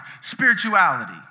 spirituality